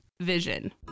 Vision